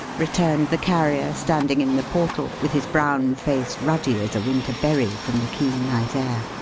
returned the carrier, standing in the portal, with his brown face ruddy as a winter berry from the keen night air.